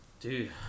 dude